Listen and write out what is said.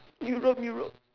Europe Europe